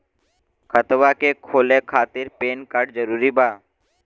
खतवा के खोले खातिर पेन कार्ड जरूरी बा?